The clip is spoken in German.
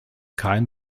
kein